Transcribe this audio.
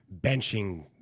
benching